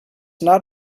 not